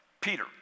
Peter